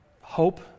hope